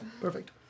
Perfect